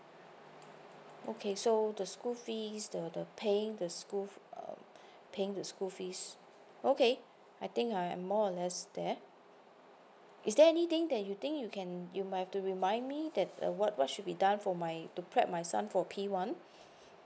okay so the school fees the paying the school for uh paying the school fees okay I think I more or less there is there anything that you think you can you might have to remind me that uh what what should be done for my to prep my son for p one